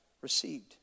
received